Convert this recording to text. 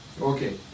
Okay